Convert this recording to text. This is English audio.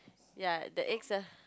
ya the eggs are